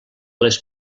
les